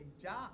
job